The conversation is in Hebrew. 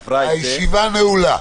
הישיבה נעולה...